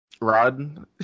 Rod